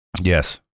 yes